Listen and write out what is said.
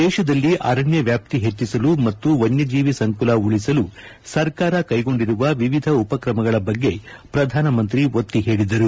ದೇಶದಲ್ಲಿ ಅರಣ್ಯ ವ್ಯಾಪ್ತಿ ಹೆಚ್ಚಿಸಲು ಮತ್ತು ವನ್ನ ಜೀವಿ ಸಂಕುಲ ಉಳಿಸಲು ಸರ್ಕಾರ ಕೈಗೊಂಡಿರುವ ವಿವಿಧ ಉಪಕ್ರಮಗಳ ಬಗ್ಗೆ ಪ್ರಧಾನಮಂತ್ರಿ ಒತ್ತಿ ಹೇಳಿದರು